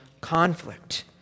conflict